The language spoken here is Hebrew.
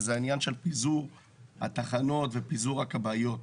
וזה עניין של פיזור התחנות ופיזור הכבאיות.